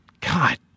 god